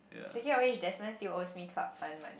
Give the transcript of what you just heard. speaking of which Desmond still owes me club fund money